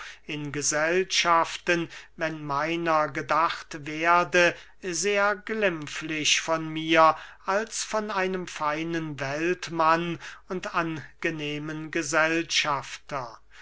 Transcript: in gesellschaften wenn meiner gedacht werde sehr glimpflich von mir als von einem feinen weltmann und angenehmen gesellschafter